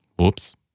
Oops